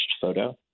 photo